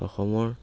অসমৰ